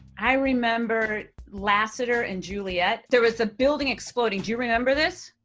i remember lassiter and juliet. there was a building exploding, do you remember this?